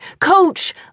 Coach